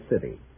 city